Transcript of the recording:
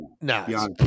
no